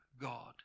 God